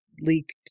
leaked